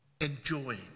enjoying